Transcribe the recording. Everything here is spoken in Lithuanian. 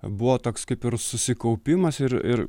buvo toks kaip ir susikaupimas ir ir